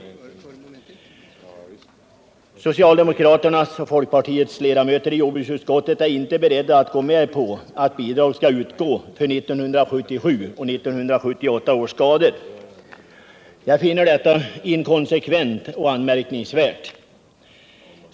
De socialdemokratiska och folkpartistiska ledamöterna i jordbruksutskottet är inte beredda att gå med på att bidrag skall utgå för 1977 och 1978 års skador. Jag finner detta inkonsekvent och anmärkningsvärt.